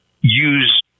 use